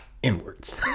Inwards